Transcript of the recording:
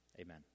Amen